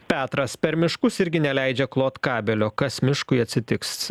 petras per miškus irgi neleidžia klot kabelio kas miškui atsitiks